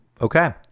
Okay